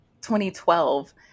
2012